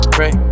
Pray